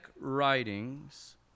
writings